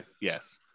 yes